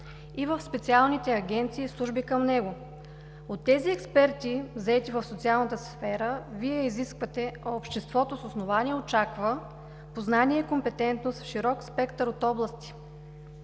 и в специалните агенции и служби към него. От тези експерти, заети в социалната сфера, Вие изисквате, а обществото с основание очаква познания и компетентност в широк спектър от области.